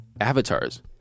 avatars